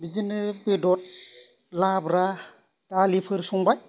बिदिनो बेदर लाब्रा दालिफोर संबाय